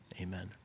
amen